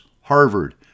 Harvard